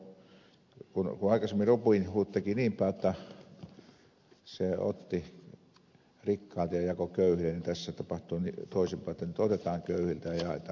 kun aikaisemmin robin hood teki niinpäin jotta otti rikkailta ja jakoi köyhille niin tässä tapahtuu toisinpäin